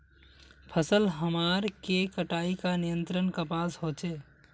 फसल हमार के कटाई का नियंत्रण कपास होचे?